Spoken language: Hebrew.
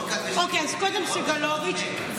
אוקיי, אז קודם סגלוביץ'.